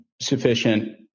sufficient